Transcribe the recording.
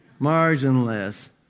marginless